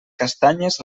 castanyes